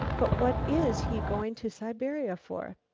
but what is he going to siberia for?